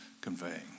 conveying